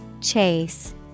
Chase